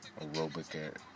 aerobic